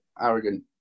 arrogant